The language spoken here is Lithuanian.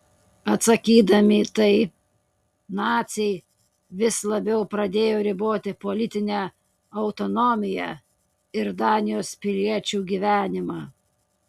atsakydami į tai naciai vis labiau pradėjo riboti politinę autonomiją ir danijos piliečių gyvenimą